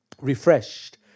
refreshed